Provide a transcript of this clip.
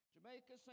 Jamaica